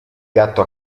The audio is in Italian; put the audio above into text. gatto